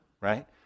right